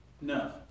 No